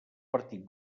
partit